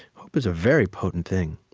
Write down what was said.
hope is very potent thing.